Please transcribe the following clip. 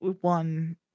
one